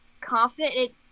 confident